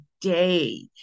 day